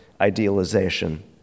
idealization